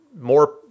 more